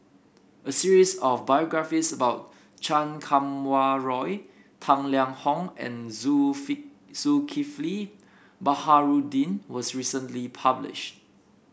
a series of biographies about Chan Kum Wah Roy Tang Liang Hong and Zulkifli Baharudin was recently published